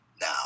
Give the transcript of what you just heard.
now